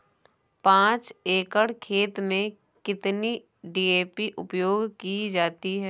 पाँच एकड़ खेत में कितनी डी.ए.पी उपयोग की जाती है?